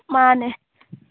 ꯃꯥꯅꯦ